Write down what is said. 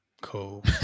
cool